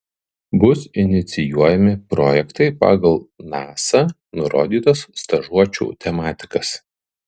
bus inicijuojami projektai pagal nasa nurodytas stažuočių tematikas